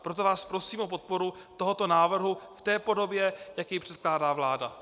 Proto vás prosím o podporu tohoto návrhu v té podobě, jak jej předkládá vláda.